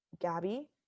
Gabby